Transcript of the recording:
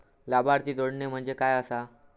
लाभार्थी जोडणे म्हणजे काय आसा?